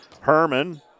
Herman